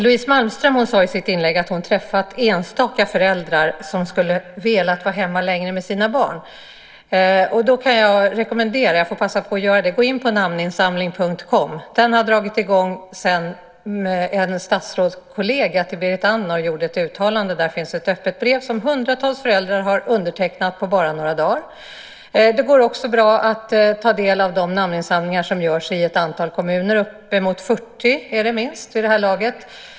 Louise Malmström sade i sitt inlägg att hon träffat enstaka föräldrar som skulle velat vara hemma längre med sina barn. Då kan jag passa på att rekommendera att gå in på namninsamling.com. Där finns ett öppet brev, ett svar på ett uttalande av statsrådets kollega Berit Andnor, som hundratals föräldrar har undertecknat på bara några dagar. Det går också bra att ta del av de namninsamlingar som görs i ett antal kommuner, uppemot 40 vid det här laget.